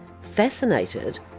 fascinated